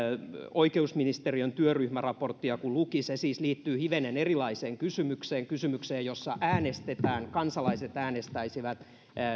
oikeusministeriön työryhmäraporttia kun luki vaikka siis liittyy hivenen erilaiseen kysymykseen kysymykseen jossa kansalaiset äänestäisivät